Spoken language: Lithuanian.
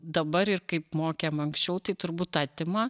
dabar ir kaip mokėm anksčiau tai turbūt atima